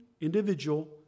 individual